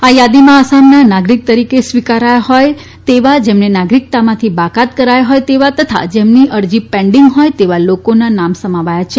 આ યાદીમાં આસામના નાગરીક તરીકે સ્વીકારાયા હોય તેવા લોકોના જેમને નાગરિકતામાંથી બાકાત કરાયા હોય તથા જેમની અરજી પેન્ડીંગ હોય તેવા લોકના નામ સમાવાયા છે